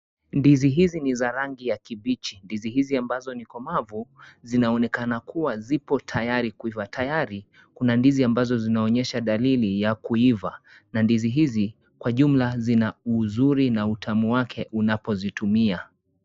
Ndizi hizi ni za rangi ya kibichi. Ndizi hizi ambazo ni komavu zinaonekana kuwa zipo tayari kuiva. Tayari kuna ndizi ambazo zinaonyesha dalili ya kuiva, na ndizi hizi kwa jumla zina uzuri na utamu wake unapozitumia.